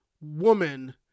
woman